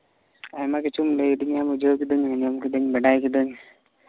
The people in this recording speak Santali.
ᱟᱭᱢᱟ ᱠᱤᱪᱷᱩᱢ ᱞᱟᱹᱭ ᱫᱤᱧᱟ ᱵᱩᱡᱷᱟᱹᱣ ᱠᱤᱫᱟᱹᱧ ᱟᱸᱡᱚᱢ ᱠᱤᱫᱟᱹᱧ ᱵᱟᱰᱟᱭ ᱠᱤᱫᱟᱹᱧ